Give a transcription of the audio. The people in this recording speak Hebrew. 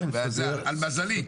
על מזלי.